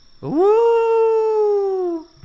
woo